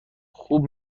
خوب